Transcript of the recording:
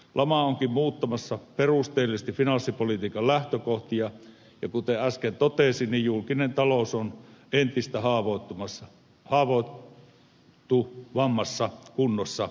lama onkin muuttamassa perusteellisesti finanssipolitiikan lähtökohtia ja kuten äsken totesin niin julkinen talous on entistä haavoittuvammassa kunnossa